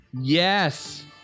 Yes